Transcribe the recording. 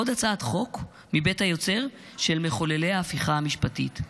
עוד הצעת חוק מבית היוצר של מחוללי ההפיכה המשפטית.